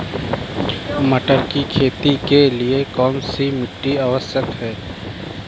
मटर की खेती के लिए कौन सी मिट्टी आवश्यक है?